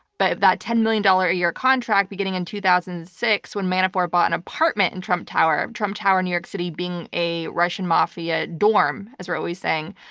but that ten million dollar a year contract, beginning in two thousand and six when manafort bought an apartment in trump tower trump tower in new york city being a russian mafia dorm, as we're always saying,